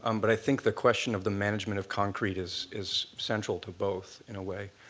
um but i think the question of the management of concrete is is central to both, in a way.